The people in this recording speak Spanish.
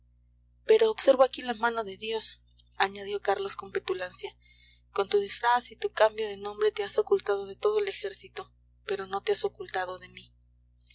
pero observo aquí la mano de dios añadió carlos con petulancia con tu disfraz y tu cambio de nombre te has ocultado de todo el ejército pero no te has ocultado de mí